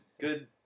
good